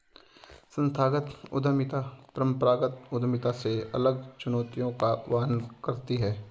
संस्थागत उद्यमिता परंपरागत उद्यमिता से अलग चुनौतियों का वहन करती है